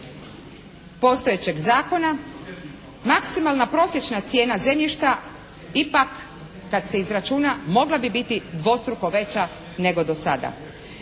postojećeg zakona maksimalna prosječna cijena zemljišta ipak kad se izračuna mogla bi biti dvostruko veća nego dosada.